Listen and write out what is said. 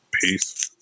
Peace